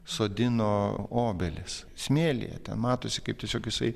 sodino obelis smėlyje ten matosi kaip tiesiog jisai